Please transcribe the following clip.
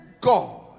God